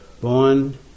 Born